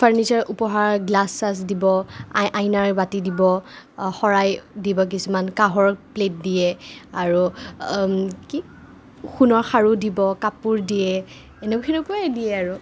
furniture উপহাৰ glass শ্লাছ দিব আই আইনাৰ বাতি দিব শৰাই দিব কিছুমান কাঁহৰ প্লেট দিয়ে আৰু কি সোণৰ খাৰু দিব কাপোৰ দিয়ে সেনেকুৱাই দিয়ে আৰু